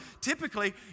Typically